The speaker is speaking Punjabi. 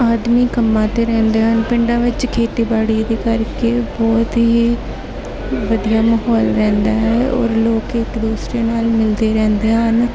ਆਦਮੀ ਕੰਮਾਂ 'ਤੇ ਰਹਿੰਦੇ ਹਨ ਪਿੰਡਾਂ ਵਿੱਚ ਖੇਤੀਬਾੜੀ ਦੇ ਕਰਕੇ ਬਹੁਤ ਹੀ ਵਧੀਆ ਮਾਹੌਲ ਰਹਿੰਦਾ ਹੈ ਔਰ ਲੋਕ ਇੱਕ ਦੂਸਰੇ ਨਾਲ ਮਿਲਦੇ ਰਹਿੰਦੇ ਹਨ